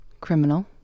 Criminal